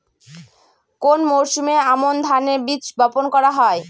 কোন মরশুমে আমন ধানের বীজ বপন করা হয়?